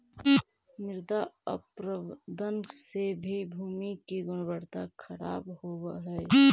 मृदा अपरदन से भी भूमि की गुणवत्ता खराब होव हई